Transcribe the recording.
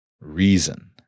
reason